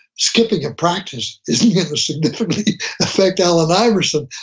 skipping a practice isn't going to significantly affect allen iverson.